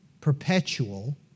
perpetual